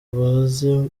baze